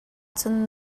cun